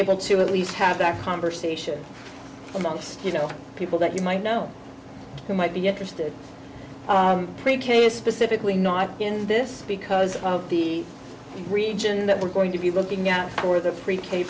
able to at least have that conversation amongst you know people that you might know who might be interested pre k specifically not in this because the region that we're going to be looking out for their pre k